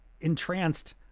entranced